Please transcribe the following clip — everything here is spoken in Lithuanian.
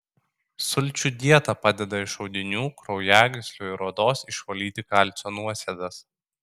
sulčių dieta padeda iš audinių kraujagyslių ir odos išvalyti kalcio nuosėdas